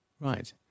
Right